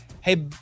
hey